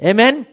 Amen